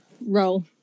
roll